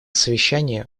совещании